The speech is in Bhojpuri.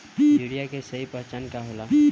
यूरिया के सही पहचान का होला?